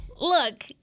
look